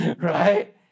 Right